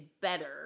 better